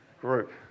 group